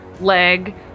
leg